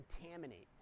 contaminate